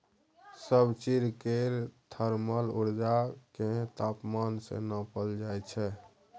सब चीज केर थर्मल उर्जा केँ तापमान मे नाँपल जाइ छै